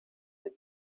des